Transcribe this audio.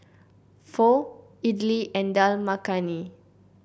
Pho Idili and Dal Makhani